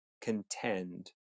contend